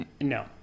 no